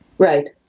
Right